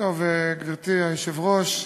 גברתי היושבת-ראש,